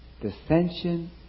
dissension